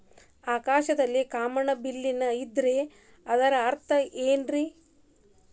ಆಕಾಶದಲ್ಲಿ ಕಾಮನಬಿಲ್ಲಿನ ಇದ್ದರೆ ಅದರ ಅರ್ಥ ಏನ್ ರಿ?